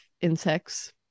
insects